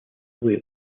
away